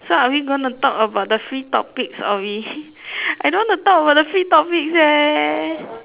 so are we gonna talk about the free topics or we I don't want to talk about the free topics leh